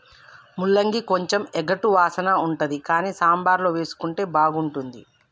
ముల్లంగి కొంచెం ఎగటు వాసన ఉంటది కానీ సాంబార్ల వేసుకుంటే బాగుంటుంది